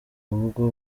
ubwo